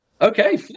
okay